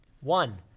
One